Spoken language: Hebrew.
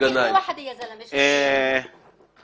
כל